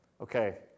Okay